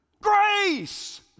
Grace